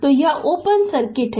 तो यह open circuit है